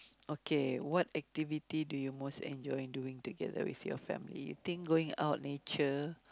okay what activity do you most enjoy doing together with your family eating going out nature